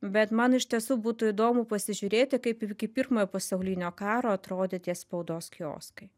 bet man iš tiesų būtų įdomu pasižiūrėti kaip iki pirmojo pasaulinio karo atrodė tie spaudos kioskai